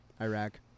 Iraq